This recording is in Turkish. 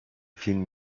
film